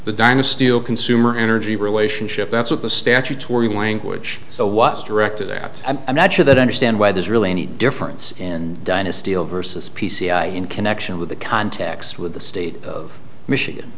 the dyna steel consumer energy relationship that's what the statutory language so what's directed at i'm not sure that i understand why there's really any difference in dynasty versus p c i in connection with the contacts with the state of michigan